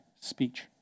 Speech